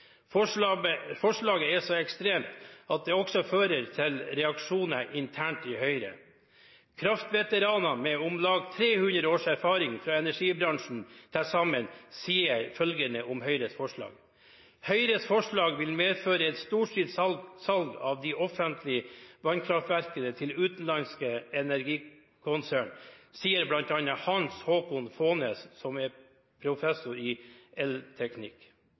utlandet. Forslaget er så ekstremt at det også fører til reaksjoner internt i Høyre. Kraftveteranene, med om lag 300 års erfaring fra energibransjen til sammen, sier følgende om Høyres forslag: «Høyres forslag vil medføre et storstilt salg av de offentlige vannkraftverkene til utenlandske energikonsern». Det sier bl.a. Hans Haakon Faanes, som er professor i elteknikk.